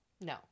No